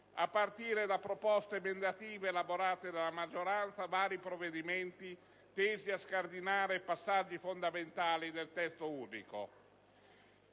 alle proposte emendative elaborate dalla maggioranza a vari provvedimenti, tese a scardinare passaggi fondamentali del Testo unico